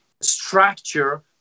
structure